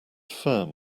firm